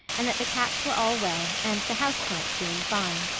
and that the cats were all well, and the house plants doing fine.